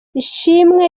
ishimwe